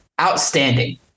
outstanding